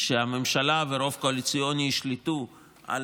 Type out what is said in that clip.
שבממשלה ברוב קואליציוני ישלטו על